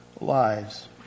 lives